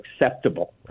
acceptable